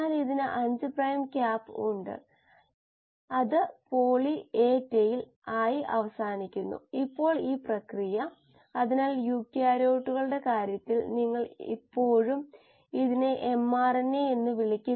അതിനാൽ നമ്മൾ പോയി തുടർച്ചയായ ബയോറിയാക്ടറുകൾ വിശകലനം ചെയ്തപ്പോൾ പ്രവർത്തനത്തെക്കുറിച്ച് വളരെ നല്ല ഉൾക്കാഴ്ചകൾ ലഭിച്ചു നമ്മൾ അതിനെ സ്ഥിരമായ അവസ്ഥ എന്നു വിളിച്ചു